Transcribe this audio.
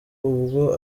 ubwo